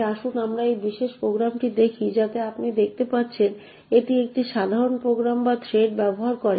তাই আসুন আমরা এই বিশেষ প্রোগ্রামটি দেখি যাতে আপনি দেখতে পাচ্ছেন এটি একটি সাধারণ প্রোগ্রাম যা থ্রেড ব্যবহার করে